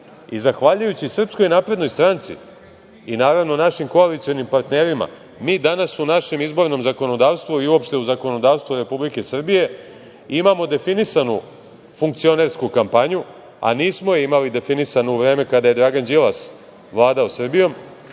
zakone. Zahvaljujući SNS i naravno našim koalicionim partnerima, mi danas u našem izbornom zakonodavstvu i uopšte u zakonodavstvu Republike Srbije imamo definisanu funkcionersku kampanju, a nismo je imali definisanu u vreme kada je Dragan Đilas vladao Srbijom.